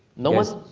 no one's,